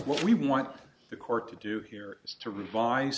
what we want the court to do here is to revise